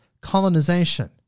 colonization